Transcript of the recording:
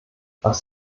was